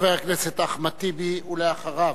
חבר הכנסת אחמד טיבי, ואחריו,